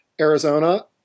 Arizona